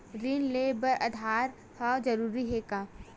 ऋण ले बर आधार ह जरूरी हे का?